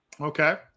Okay